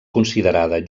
considerada